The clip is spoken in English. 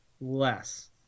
less